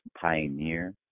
Pioneer